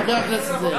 חבר הכנסת זאב.